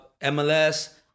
MLS